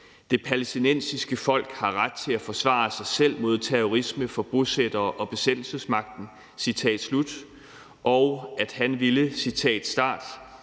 Det palæstinensiske folk har ret til at forsvare sig selv mod terrorisme fra bosættere og besættelsesmagten. Og så sagde